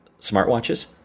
smartwatches